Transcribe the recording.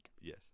Yes